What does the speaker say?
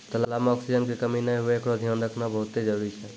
तलाब में ऑक्सीजन के कमी नै हुवे एकरोॅ धियान रखना बहुत्ते जरूरी छै